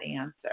answer